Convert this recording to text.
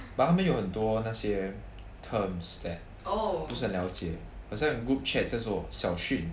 but 他们有很多那些 terms that 不是很了解很像 group chat 叫做小群